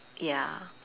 ya